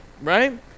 right